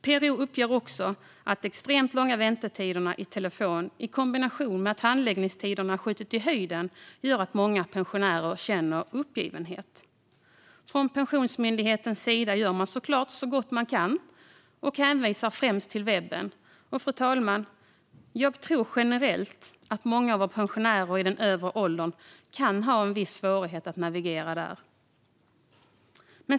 PRO uppger att de extremt långa väntetiderna i telefon i kombination med att handläggningstiderna har skjutit i höjden gör att många pensionärer känner uppgivenhet. Från Pensionsmyndighetens sida gör man såklart så gott man kan och hänvisar främst till webben. Fru talman! Jag tror generellt att många av våra pensionärer i den övre åldern kan ha en viss svårighet att navigera där.